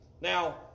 Now